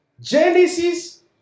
Genesis